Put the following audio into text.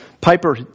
Piper